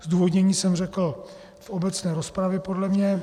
Zdůvodnění jsem řekl v obecné rozpravě, podle mě.